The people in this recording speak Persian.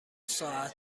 ساعت